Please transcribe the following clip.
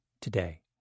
today